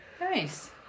Nice